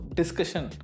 discussion